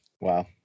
Wow